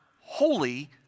holy